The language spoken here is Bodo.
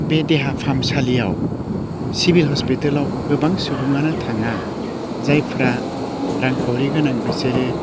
बे देहा फाहामसालियाव सिभिल हस्पितालआव गोबां सुबुंआनो थाङा जायफ्रा रांखावरि गोनां बिसोरो